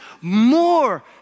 more